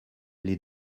les